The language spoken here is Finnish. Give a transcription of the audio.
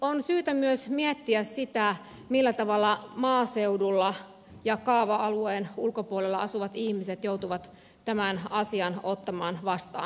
on syytä myös miettiä sitä millä tavalla maaseudulla ja kaava alueen ulkopuolella asuvat ihmiset joutuvat tämän asian ottamaan vastaan